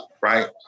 right